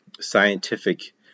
scientific